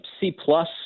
C-plus